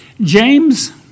James